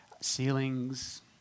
ceilings